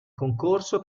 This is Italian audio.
concorso